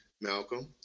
Malcolm